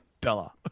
Bella